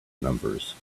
numbers